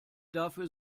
dafür